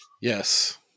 Yes